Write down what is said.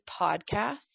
podcast